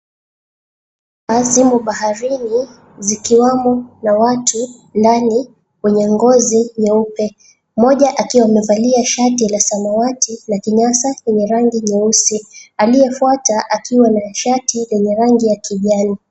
Zimo baharini, zikiwemo na watu ndani wenye ngozi nyeupe. Mmoja akiwa amevalia shati la samawati na kinyasa chenye rangi nyeusi, aliyefuata akiwa na shati yenye rangi ya kijani.